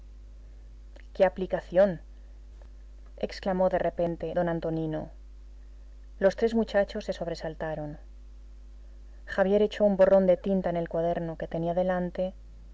qué aplicación exclamó de repente don antonino los tres muchachos se sobresaltaron javier echó un borrón de tinta en el cuaderno que tenía delante